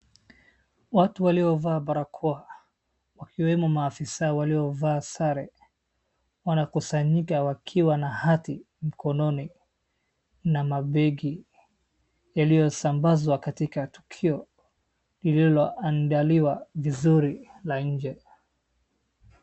Watu waliovaa barakoa wakiwemo maafisa waliovaa sare. Wanakusanyika wakiwa na hati mkononi na mabegi yaliyosambazwa katika tukio lililoandaliwa vizuri la nje.